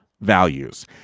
values